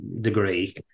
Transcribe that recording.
degree